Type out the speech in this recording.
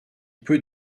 peu